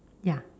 ya